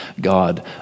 God